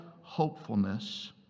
hopefulness